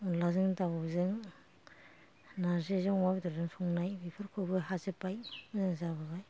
अनलाजों दावजों नार्जिजों अमा बेदरजों संनाय बेफोरखौबो हाजोबबाय मोजां जाबोबाय